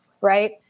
right